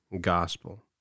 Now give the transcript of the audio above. gospel